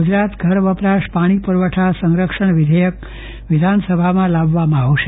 ગુજરાત ઘર વપરાશ પાણી પુરવઠા સરક્ષણ વિધયક વિધાનસભામાં લાવવામાં અવોશ